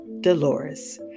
Dolores